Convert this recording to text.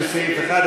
לסעיף 1,